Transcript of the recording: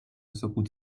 سکوت